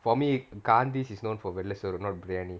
for me gandhis is known for vella soru soru not biryani